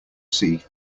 see